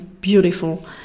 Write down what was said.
beautiful